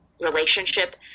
relationship